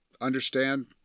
understand